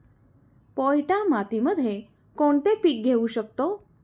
पोयटा मातीमध्ये कोणते पीक घेऊ शकतो?